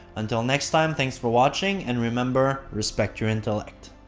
until next time, thanks for watching and remember respect your intellect!